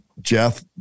Jeff